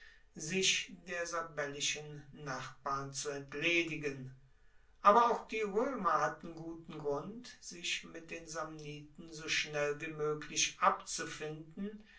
sich der sabellischen nachbarn zu entledigen aber auch die roemer hatten guten grund sich mit den samniten so schnell wie moeglich abzufinden